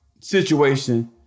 situation